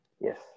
yes